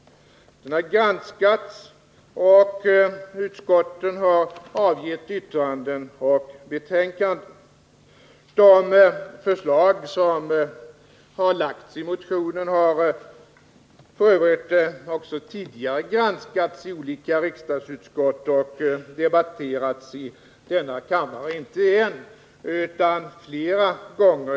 Den har granskats, och utskotten har avgett yttranden och betänkanden. De förslag som har lagts fram i motionen har f. ö. också tidigare granskats i olika riksdagsutskott och debatterats i denna kammare, inte en utan flera gånger.